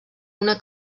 una